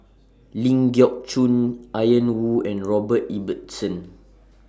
Ling Geok Choon Ian Woo and Robert Ibbetson